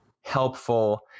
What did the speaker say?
helpful